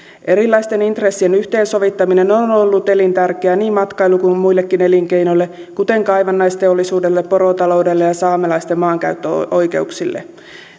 erilaisten intressien yhteensovittaminen on ollut elintärkeää niin matkailu kuin muillekin elinkeinoille kuten kaivannaisteollisuudelle porotaloudelle ja ja saamelaisten maankäyttöoikeuksille